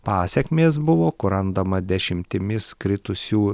pasekmės buvo kur randama dešimtimis kritusių